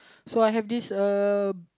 so I have this uh